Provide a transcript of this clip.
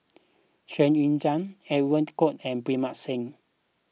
Xu Yuan Zhen Edwin Koo and Pritam Singh